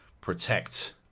protect